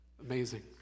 Amazing